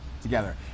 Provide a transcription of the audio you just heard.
together